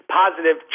positive